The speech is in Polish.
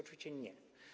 Oczywiście nie.